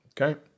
Okay